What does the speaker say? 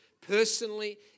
personally